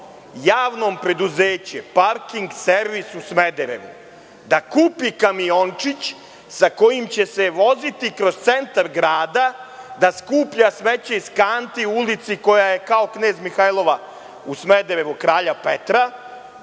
Javnom preduzeću „Parking servis“ u Smederevu da kupi kamiončić sa kojim će se voziti kroz centar grada da skuplja smeće iz kanti u ulici koja je kao Knez Mihajlova u Smederevu, Kralja Petra,